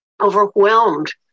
overwhelmed